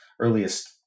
earliest